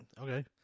Okay